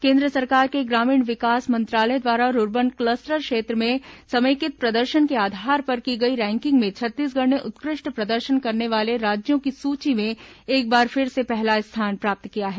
केन्द्र सरकार के ग्रामीण विकास मंत्रालय द्वारा रूर्बन क्लस्टर क्षेत्र में समेकित प्रदर्शन के आधार पर की गई रैकिंग में छत्तीसगढ़ ने उत्कृष्ट प्रदर्शन करने वाले राज्यों की सूची में एक बार फिर से पहला स्थान प्राप्त किया है